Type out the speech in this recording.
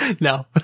No